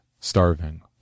starving